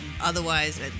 Otherwise